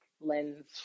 lens